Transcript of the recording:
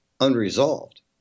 unresolved